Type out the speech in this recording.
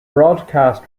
broadcast